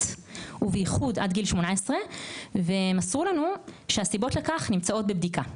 ובייחוד עד גיל 18. מסרו לנו שהסיבות לכך נמצאות בבדיקה.